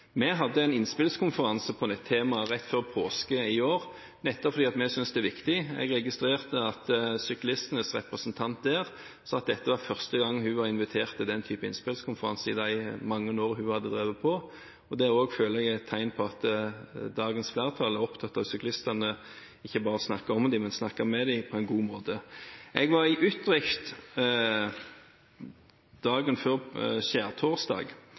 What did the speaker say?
Vi hadde en innspillskonferanse om dette temaet rett før påske i år, nettopp fordi vi synes det er viktig. Jeg registrerte at syklistenes representant der sa at dette var første gangen hun var invitert til den typen innspillskonferanse i løpet av de mange årene hun hadde drevet på. Det føler jeg også er et tegn på at dagens flertall er opptatt av syklistene. Man snakker ikke bare om dem, men man snakker med dem på en god måte. Jeg var i Utrecht dagen før